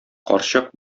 карчык